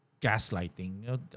gaslighting